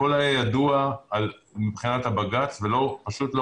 הכול היה ידוע בהחלטת בג"ץ ופשוט לא